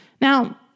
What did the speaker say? Now